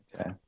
Okay